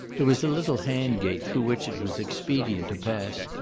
there was a little hand-gate through which it was expedient to pass,